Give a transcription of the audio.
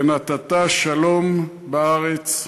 ונתת שלום בארץ,